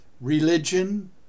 religion